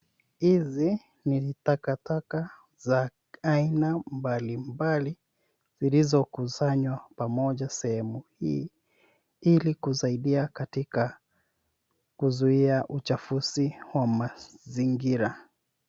Hizi ni takataka za aina mbalimbali zilizokusanywa pamoja sehemu hii, ili kusaidia katika kuzuia uchafuzi wa mazingira.